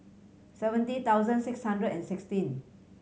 seventy thousand six hundred and sixteen